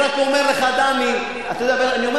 תבוא לוועדה, פניה, לך אני לא רוצה לענות.